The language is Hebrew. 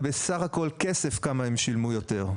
סך הכסף שהם שילמו יותר.